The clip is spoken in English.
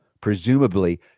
presumably